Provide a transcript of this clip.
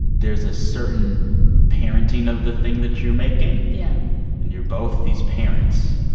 there's a certain parenting of the thing that you're making yeah and you're both these parents.